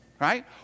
right